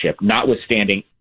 notwithstanding